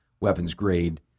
weapons-grade